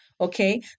Okay